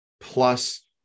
Plus